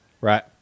Right